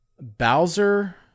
Bowser